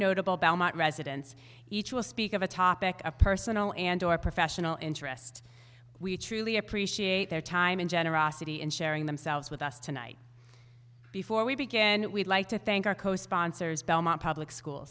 notable residents each will speak of a topic of personal and professional interest we truly appreciate their time and generosity in sharing themselves with us tonight before we begin we'd like to thank our co sponsors belmont public school